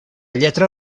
lletra